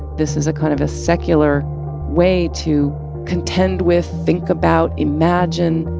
this is a kind of a secular way to contend with, think about, imagine,